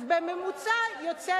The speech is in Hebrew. אז בממוצע יוצא מרכז.